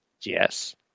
Yes